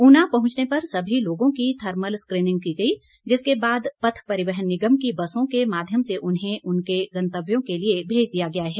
ऊना पहुंचने पर समी लोगों की थर्मल स्क्रीनिंग की गई जिसके बाद पथ परिवहन निगम की बसों के माध्यम से उन्हें उनके गंतव्यों के लिए भेज दिया गया है